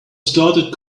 started